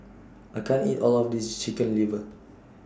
I can't eat All of This Chicken Liver